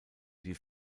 die